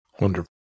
Wonderful